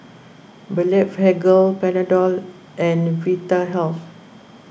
Blephagel Panadol and Vitahealth